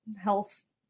health